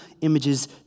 images